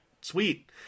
sweet